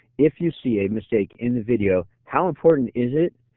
if you see a mistake in the video, how important is it